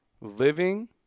living